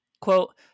quote